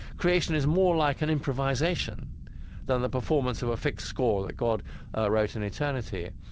creation is more like an improvisation than the performance of a fixed score that god wrote in eternity.